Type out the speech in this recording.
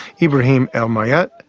ibrahim el mayet,